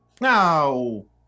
No